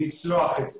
לצלוח את זה.